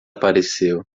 apareceu